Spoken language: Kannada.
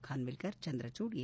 ಖಾನ್ವಿಲ್ಲರ್ ಚಂದ್ರಚೂಡ್ ಎ